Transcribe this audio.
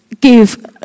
give